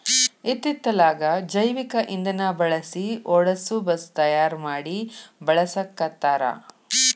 ಇತ್ತಿತ್ತಲಾಗ ಜೈವಿಕ ಇಂದನಾ ಬಳಸಿ ಓಡಸು ಬಸ್ ತಯಾರ ಮಡಿ ಬಳಸಾಕತ್ತಾರ